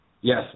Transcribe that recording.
Yes